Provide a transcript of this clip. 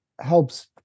helps